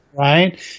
Right